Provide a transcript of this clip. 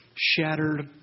shattered